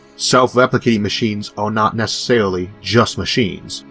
self-replicating machines are not necessarily just machines,